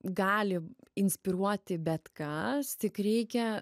gali inspiruoti bet kas tik reikia